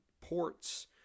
ports